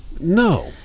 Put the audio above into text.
No